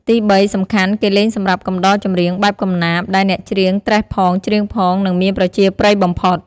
ទី៣ សំខាន់ គេលេងសម្រាប់កំដរចំរៀងបែបកំណាព្យ ដែលអ្នកច្រៀងត្រេះផង ច្រៀងផង និងមានប្រជាប្រិយបំផុត។